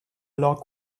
log